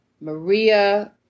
Maria